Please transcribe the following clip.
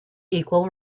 equal